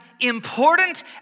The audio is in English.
important